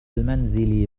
المنزل